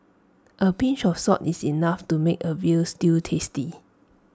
A pinch of salt is enough to make A Veal Stew tasty